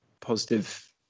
positive